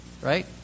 right